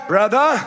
Brother